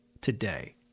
today